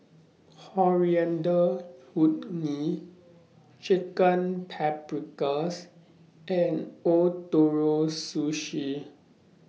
Coriander Chutney Chicken Paprikas and Ootoro Sushi